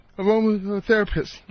aromatherapist